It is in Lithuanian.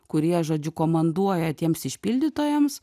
kurie žodžiu komanduoja tiems išpildytojams